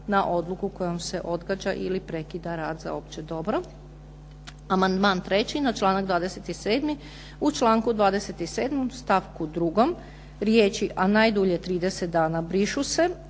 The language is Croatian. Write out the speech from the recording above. na odluku kojom se odgađa ili prekida rad za opće dobro. Amandman 3. na članak 27. u članku 27. stavku 2. riječi, a najdulje 30 dana brišu se,